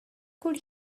could